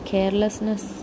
Carelessness